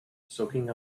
soaking